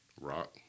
Rock